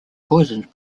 poisoned